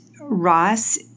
Ross